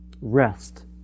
rest